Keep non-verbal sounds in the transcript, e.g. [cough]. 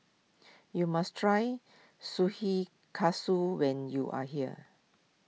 you must try [unintelligible] when you are here